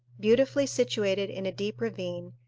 beautifully situated in a deep ravine,